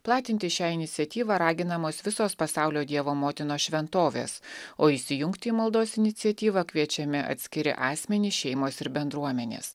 platinti šią iniciatyvą raginamos visos pasaulio dievo motinos šventovės o įsijungti į maldos iniciatyvą kviečiami atskiri asmenys šeimos ir bendruomenės